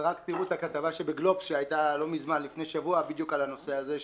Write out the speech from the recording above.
אבל תראו את הכתבה שהייתה בגלובס לפני שבוע בדיוק על הנושא הזה,